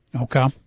Okay